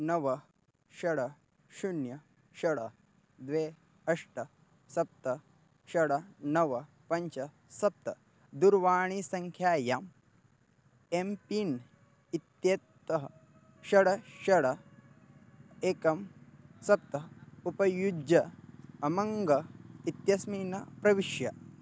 नव षट् शून्यं षट् द्वे अष्ट सप्त षट् नव पञ्च सप्त दूरवाणीसङ्ख्यायां एम् पिन् इत्येतत् षट् षट् एकं सप्त उपयुज्य अमङ्ग इत्यस्मिन् प्रविश